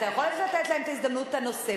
אתה יכול לתת להם את ההזדמנות הנוספת,